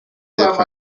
y’epfo